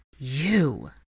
You